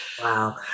Wow